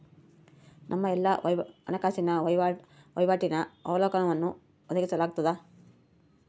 ನಮ್ಮ ಎಲ್ಲಾ ಹಣಕಾಸಿನ ವಹಿವಾಟಿನ ಅವಲೋಕನವನ್ನು ಒದಗಿಸಲಾಗ್ತದ